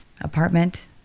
apartment